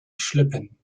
schleppen